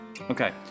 Okay